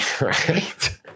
Right